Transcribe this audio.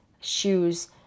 shoes